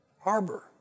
harbor